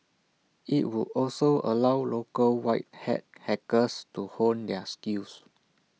IT would also allow local white hat hackers to hone their skills